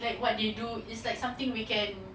like what they do is like something we can